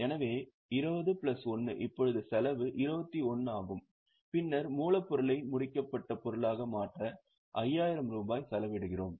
எனவே 20 பிளஸ் 1 இப்போது செலவு 21 ஆகும் பின்னர் மூலப்பொருளை முடிக்கப்பட்ட பொருட்களாக மாற்ற 5000 ரூபாயை செலவிடுகிறோம்